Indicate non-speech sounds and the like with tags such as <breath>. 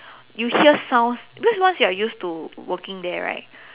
you hear <breath> sounds because once you are used to working there right